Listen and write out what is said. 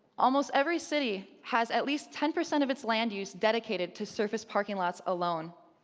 almost every city has at least ten per cent of its land use dedicated to surface parking lots alone.